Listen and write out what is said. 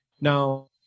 Now